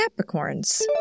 Capricorns